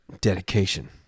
Dedication